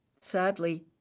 Sadly